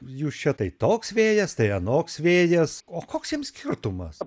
jūs čia tai toks vėjas tai anoks vėjas o koks jiem skirtumas